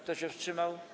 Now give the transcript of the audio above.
Kto się wstrzymał?